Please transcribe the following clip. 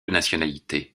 nationalité